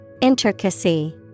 Intricacy